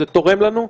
זה תורם לנו?